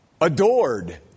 adored